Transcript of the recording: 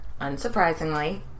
unsurprisingly